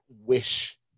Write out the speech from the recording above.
wish